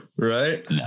Right